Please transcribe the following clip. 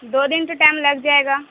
دو دن تو ٹیم لگ جائے گا